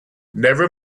never